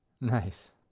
Nice